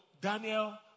Daniel